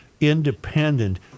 independent